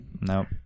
No